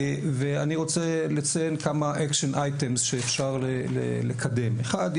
אני רוצה לציין כמה action items שאפשר לקדם: אחד,